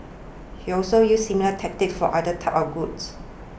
she also used similar tactics for other types of goods